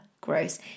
Gross